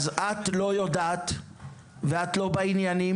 אז את לא יודעת ואת לא בעניינים,